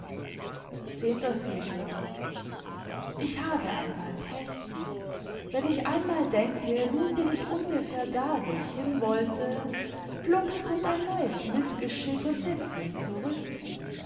februar ich habe einmal pech wenn ich einmal denke nun bin ich ungefähr da wo ich hinwollte flugs kommt ein neues mißgeschick und setzt mich zurück